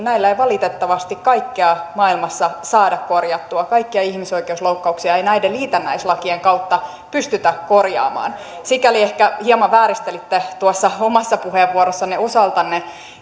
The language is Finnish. näillä ei valitettavasti kaikkea maailmassa saada korjattua kaikkia ihmisoikeusloukkauksia ei näiden liitännäislakien kautta pystytä korjaamaan sikäli ehkä hieman vääristelitte tuossa omassa puheenvuorossanne osaltanne